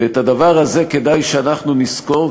ואת הדבר הזה כדאי שאנחנו נזכור,